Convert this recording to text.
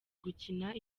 gukina